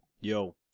Yo